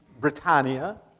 Britannia